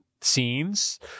scenes